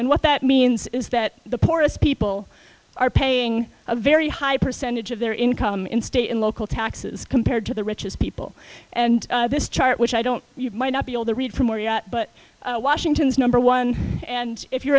and what that means is that the poorest people are paying a very high percentage of their income in state and local taxes compared to the richest people and this chart which i don't you might not be all the read from or yet but washington's number one and if you're